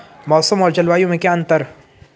मौसम और जलवायु में क्या अंतर?